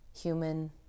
human